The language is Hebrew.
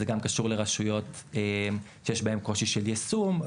זה גם קשור לרשויות שיש בהן קושי של יישום,